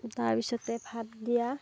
তাৰপিছতে ভাত দিয়া